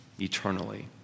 eternally